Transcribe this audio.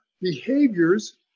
behaviors